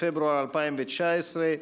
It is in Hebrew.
הודעת הממשלה בהתאם לסעיף 9(א)(8)